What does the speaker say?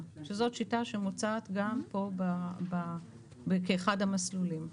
שזאת שיטה שמוצעת גם פה באחד המסלולים.